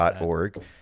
org